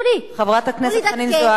חברת הכנסת חנין זועבי,